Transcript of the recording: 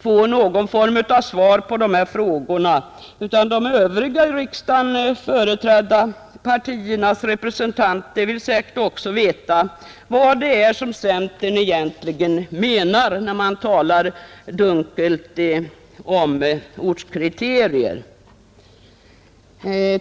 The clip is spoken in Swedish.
få någon form av svar på de här frågorna, utan de övriga i riksdagen företrädda partiernas representanter vill säkert också veta vad det är som centern egentligen menar, när man talar dunkelt om ortskriterier.